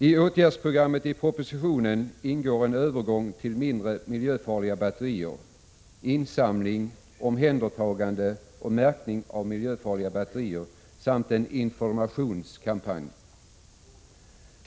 I åtgärdsprogrammet i propositionen ingår en övergång till mindre miljöfarliga batterier, insamling, omhändertagande och märkning av miljöfarliga batterier samt en informationskampanj.